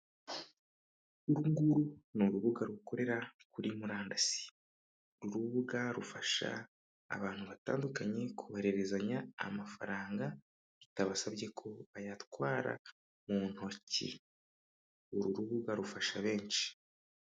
Uru nguru ni urubuga rukorera kuri murandasi, uru rubuga rufasha abantu batandukanye kohererezanya amafaranga bitabasabye ko bayatwara mu ntoki, uru rubuga rufasha benshi.